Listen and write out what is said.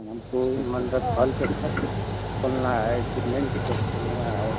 हमको मंडप हॉल का ख खोलना है सिमेंट का खोलना है